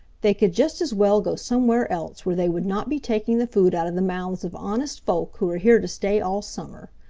they could just as well go somewhere else where they would not be taking the food out of the mouths of honest folk who are here to stay all summer.